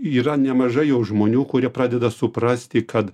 yra nemažai jau žmonių kurie pradeda suprasti kad